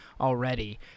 already